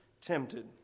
tempted